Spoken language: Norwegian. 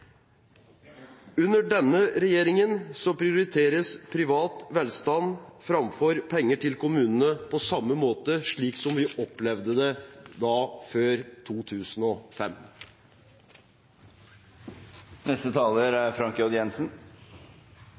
Under denne regjeringen prioriteres privat velstand framfor penger til kommunene, på samme måte som vi opplevde det før 2005. Det er